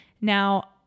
Now